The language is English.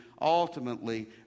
ultimately